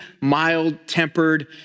mild-tempered